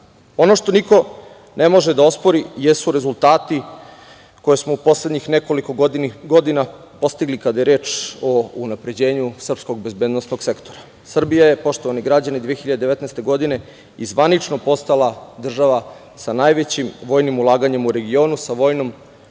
što niko ne može da ospori jesu rezultati koje smo u poslednjih nekoliko godina postigli kada je reč o unapređenju srpskog bezbednosnog sektora, Srbija je poštovani građani 2019. godine i zvanično postala država sa najvećim vojnim ulaganjem u regionu, sa vojnom